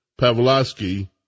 Pavlovsky